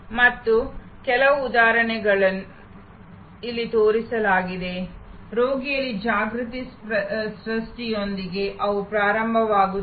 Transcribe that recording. ಮತ್ತು ಕೆಲವು ಉದಾಹರಣೆಗಳನ್ನು ಇಲ್ಲಿ ತೋರಿಸಲಾಗಿದೆ ರೋಗಿಗಳಲ್ಲಿ ಜಾಗೃತಿ ಸೃಷ್ಟಿಯೊಂದಿಗೆ ಅವು ಪ್ರಾರಂಭವಾಗುತ್ತವೆ